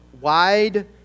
wide